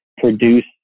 produce